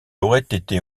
aurait